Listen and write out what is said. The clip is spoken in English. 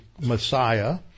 Messiah